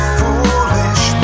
foolish